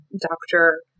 doctor